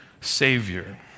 Savior